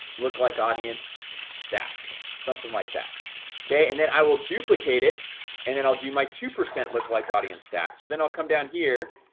look like audience stacked something like that okay, and then i will duplicate it and then i'll do my two percent look like audience stack so then i'll come down here